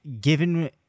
given